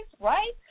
right